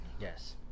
Yes